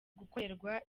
gukorerwa